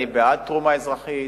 אני בעד תרומה אזרחית,